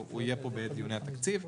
הוא יהיה פה בעת דיוני התקציב.